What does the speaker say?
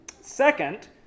Second